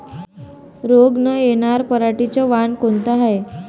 रोग न येनार पराटीचं वान कोनतं हाये?